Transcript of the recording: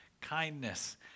kindness